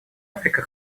африка